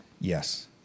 Yes